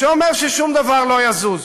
שאומר ששום דבר לא יזוז.